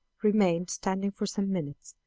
remained standing for some minutes,